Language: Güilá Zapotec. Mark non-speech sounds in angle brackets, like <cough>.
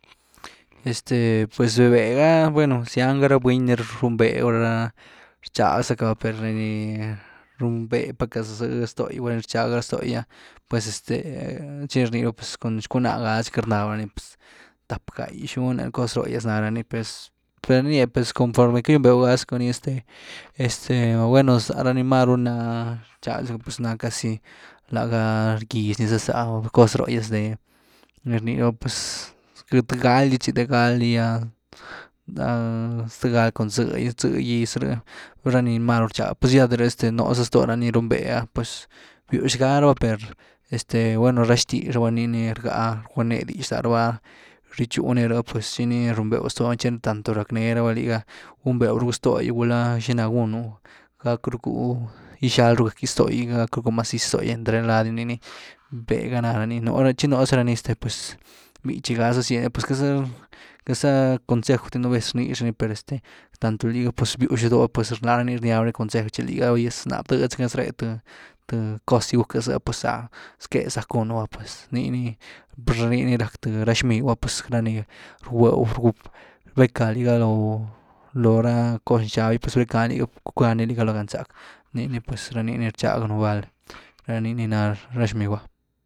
Este pues véh véh ga, bueno zayn ga ra buny ni riunbé gulá rchag zacka per de ni riunbé paá’ca ztogy, gulá ni rchaga ztogy ah pues <hesitation> tchi ni rni raba cun cuná gazy cka ni rndaba ni pues tap, gái, xun’e cos róhyas ná ranii pues ni rnie pues conforme cagyunbeu gá sacu ni este-este bueno zara ni máru rxag zaca ni na casi lá ga gyx ni za, cos róhgyas de ni rny raba pues de th gal gy tchi, gal gy ah <hesitation> zëga cun tzë gy, tzë gyz rë ranii ni már rchaga ya de rh nuza zto rani riunbé ah pues bywx gá raba per este bueno ra xtix raba ni ni rgá rgua nee dix laraba rywtchu ni rh tchi ni riunbew stony tanto rack nee raba liga, gunbew rucu stogy gulá xina gunu gack ruchu gixal ru gëkyw ztogy, gack rucku maziz stogy entre lad’gy nii ni tega, náre tchi nú ra ni pues bítchy gá za ziedni pues queity za, queity za consej’w di nú vez rnyx ra nii pues este tanto liga pues biwxu do’ah lagani rniab ni consejw liga, ná bdëdy zacka nez ré th-th cos ni gucka zë’ah per za zqué zack gunu’ah pues nii ni-nii ni rack th ra xmigw’a pues ra ni rgwbéw rbécá liga lo-lo ra cos nxab gy, rbecani liga, cweckani liga loo galzack nii ni pues rchag nu val, ra nii ni ná ra xmigwa.